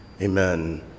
amen